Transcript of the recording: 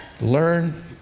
Learn